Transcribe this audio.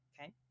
Okay